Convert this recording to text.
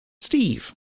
Steve